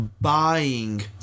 Buying